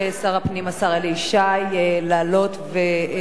לעלות ולחדד את דבריו,